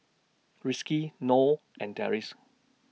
Rizqi Noh and Deris